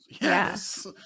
yes